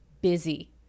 busy